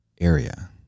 area